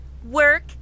Work